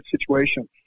situation